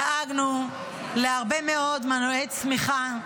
דאגנו להרבה מאוד מנועי צמיחה.